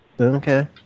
Okay